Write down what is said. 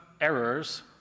errors